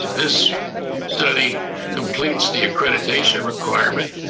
this study completes the accreditation requirement.